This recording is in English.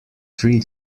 three